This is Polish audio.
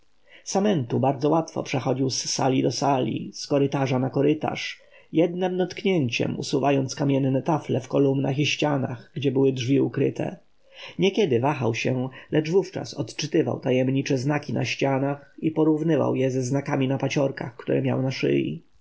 samentu bardzo łatwo przechodził z sali do sali z korytarza na korytarz jednem dotknięciem usuwając kamienne tafle w kolumnach i ścianach gdzie były drzwi ukryte niekiedy wahał się lecz wówczas odczytywał tajemnicze znaki na ścianach i porównywał je ze znakami na paciorkach które miał na szyi